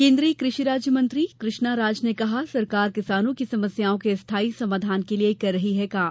केन्द्रीय कृषि राज्य मंत्री कृष्णा राज ने कहा सरकार किसानों की समस्याओं के स्थाई समाधान के लिये कर रही है काम